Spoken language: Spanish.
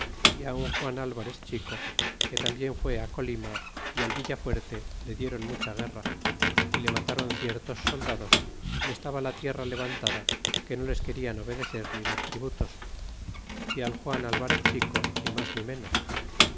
y a u juan alvarez chico que tambien fuó h colima y al villafuerte le diéron mucha guerra y le mataron ciertos soldados y estaba la tierra levantada que no les querian obedecer ni dar tributos y al juan alvarez chico ni mas ni ménos